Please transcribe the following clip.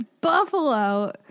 buffalo